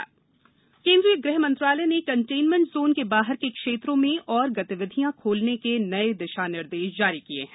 containment निर्देश केन्द्रीय गृह मंत्रालय ने कंटेनमेंट जोन के बाहर के क्षेत्रों में और गतिविधियां खोलने के नए दिशानिर्देश जारी किए हैं